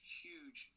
huge